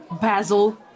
Basil